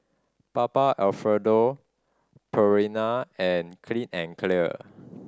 Papa Alfredo Purina and Clean and Clear